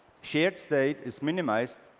shared state is minimized